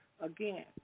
Again